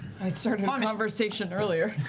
i started a conversation earlier.